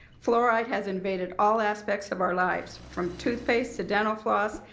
fluoride has invaded all aspects of our lives from toothpaste to dental floss,